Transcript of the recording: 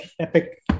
epic